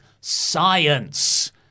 science